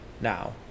now